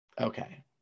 Okay